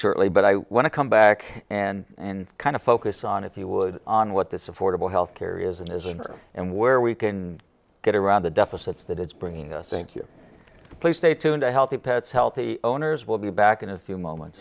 shortly but i want to come back and kind of focus on if you would on what this affordable health care is and isn't and where we can get around the deficits that it's bringing us thank you play stay tuned a healthy pets healthy owners will be back in a few moments